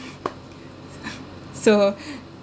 so